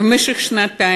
נלחמנו במשך שנתיים,